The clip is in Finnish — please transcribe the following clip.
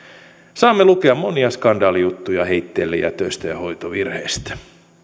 saamme lukea monia skandaalijuttuja heitteillejätöistä ja hoitovirheistä